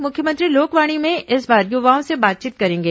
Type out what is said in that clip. मुख्यमंत्री लोकवाणी में इस बार युवाओं से बातचीत करेंगे